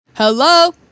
hello